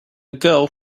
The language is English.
girl